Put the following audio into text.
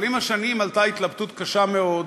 אבל עם השנים עלתה התלבטות קשה מאוד,